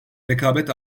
rekabet